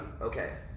Okay